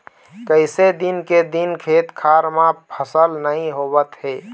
कइसे दिन के दिन खेत खार म फसल नइ होवत हे